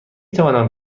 توانم